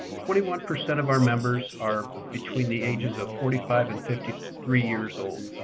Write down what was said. twenty one percent of our members are between the ages of forty five and fifty three years old.